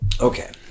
Okay